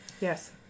Yes